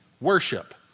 worship